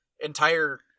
entire